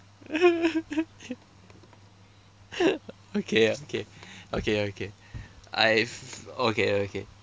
okay okay okay okay I okay okay